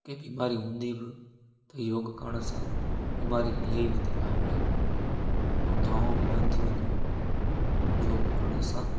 के बीमारी हूंदी बि त योग करण सां बीमारी लही वेंदी हा उमिरि लाइ ऐं दवाऊं बि बंदि थी वेंदियूं आहिनि योग करण सां